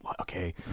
okay